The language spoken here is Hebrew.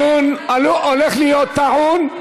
הדיון הולך להיות טעון,